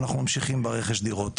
ואנחנו ממשיכים ברכש דירות.